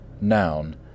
noun